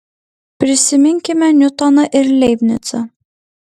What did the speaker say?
prisiminkime niutoną ir leibnicą